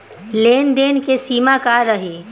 लेन देन के सिमा का रही?